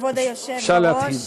כבוד היושב-ראש,